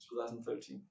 2013